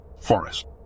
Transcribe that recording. forest